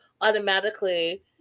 automatically